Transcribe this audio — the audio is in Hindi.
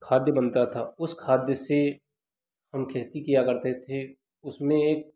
खाद्य बनता था उस खाद्य से हम खेती किया करते थे उसमें एक